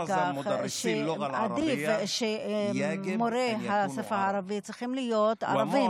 עדיף שמורי השפה הערבית יהיו ערבים,